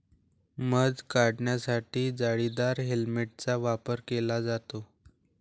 मध काढण्यासाठी जाळीदार हेल्मेटचा वापर केला जातो